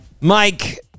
Mike